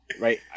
right